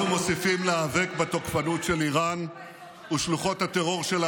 אנחנו מוסיפים להיאבק, חבר הכנסת טיבי,